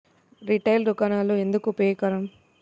Retail దుకాణాలు ఎందుకు ఉపయోగకరం?